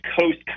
Coast